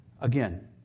Again